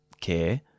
care